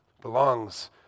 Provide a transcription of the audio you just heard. belongs